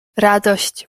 radość